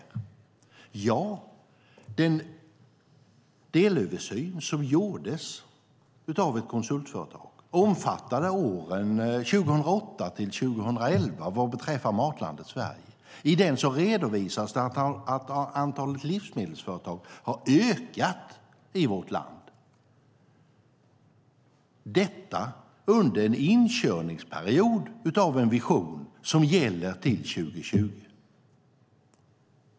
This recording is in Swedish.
I den delöversyn som gjordes av ett konsultföretag och omfattade åren 2008-2011 vad beträffar Matlandet Sverige redovisas att antalet livsmedelsföretag har ökat i vårt land - detta under en inkörningsperiod för en vision som gäller till 2020.